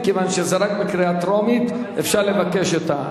מכיוון שרק בקריאה טרומית אפשר לבקש.